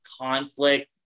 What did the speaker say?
conflict